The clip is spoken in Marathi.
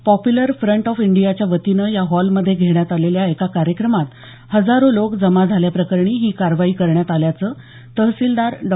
पॉप्लर फ्रंट ऑफ इंडियाच्या वतीने या हॉलमध्ये घेण्यात आलेल्या एका कार्यक्रमात हजारो लोक जमा झाल्याप्रकरणी ही कारवाई करण्यात आल्याचं तहसीलदार डॉ